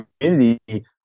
community